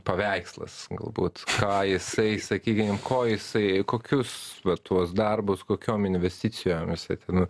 paveikslas galbūt ką jisai sakykim ko jisai kokius tuos darbus kokiom investicijoms jisai ten